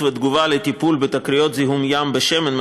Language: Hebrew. ותגובה לטיפול בתקריות זיהום ים בשמן,